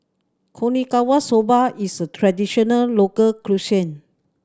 Okinawa Soba is a traditional local cuisine